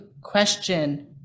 question